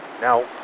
Now